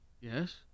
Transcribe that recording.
Yes